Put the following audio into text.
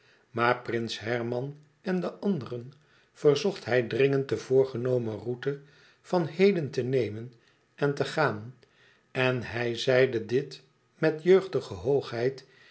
maar prins herman en den anderen verzocht hij dringend de voorgenomen route van heden te nemen en te gaan en hij zeide dit met jeugdige hoogheid